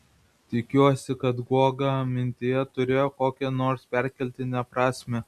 tikiuosi kad guoga mintyje turėjo kokią nors perkeltinę prasmę